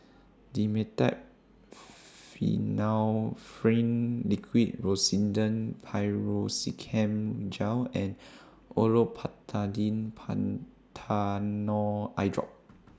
Dimetapp Liquid Rosiden Piroxicam Gel and Olopatadine Patanol Eyedrop